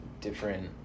different